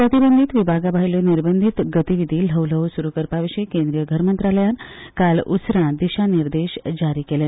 प्रतिबंध विभागा भायल्यो निर्बंधींत गती विधी ल्हवू ल्हवू बूक करपा विशीं केंद्रीय घर मंत्रालयान काल उसरां दिशानिर्देश जारी केले